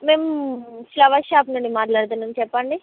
మేము flower shop నుండి మాట్లాడుతున్నాం చెప్పండి